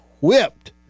whipped